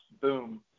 boom